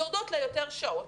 יורדות לה יותר שעות,